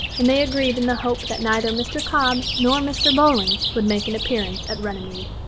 and they agreed in the hope that neither mr. cobb nor mr. bowling would make an appearance at runnymede.